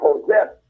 possess